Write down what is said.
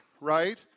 Right